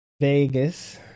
Vegas